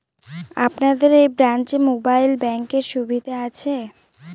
আপনাদের এই ব্রাঞ্চে মোবাইল ব্যাংকের সুবিধে আছে?